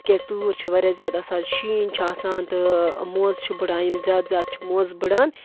تِکیٛازِ تۭر چھِ وارِیاہ زیادٕ آسان شیٖن چھُ آسان تہٕ موزٕ چھِ بڑان یِم زیادٕ زیادٕ چھِ موزٕ بڑان